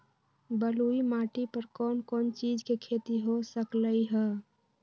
बलुई माटी पर कोन कोन चीज के खेती हो सकलई ह?